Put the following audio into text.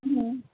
હમ્મ